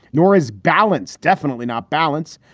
nor is balance. definitely not balance.